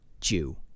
Jew